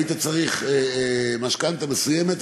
היית צריך משכנתה מסוימת,